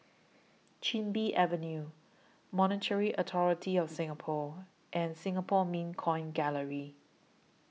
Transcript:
Chin Bee Avenue Monetary Authority of Singapore and Singapore Mint Coin Gallery